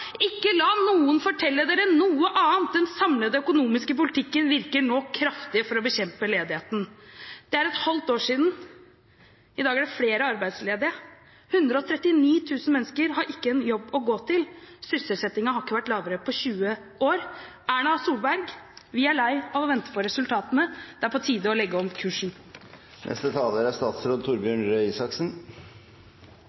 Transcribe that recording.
ikke la noen fortelle dere noe annet: Den samlede økonomiske politikken virker nå kraftig for å bekjempe ledigheten.» Det er et halvt år siden. I dag er det flere arbeidsledige. 139 000 mennesker har ikke en jobb å gå til. Sysselsettingen har ikke vært lavere på 20 år. Erna Solberg, vi er lei av å vente på resultatene. Det er på tide å legge om kursen. Religionsfriheten er